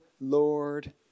Lord